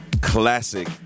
classic